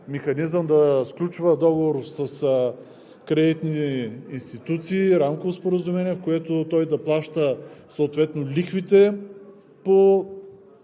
механизъм да сключва договор с кредитни институции, рамково споразумение, по което той да плаща съответно лихвите по